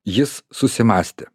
jis susimąstė